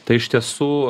tai iš tiesų